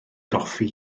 goffi